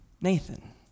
Nathan